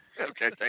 Okay